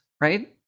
right